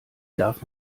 darf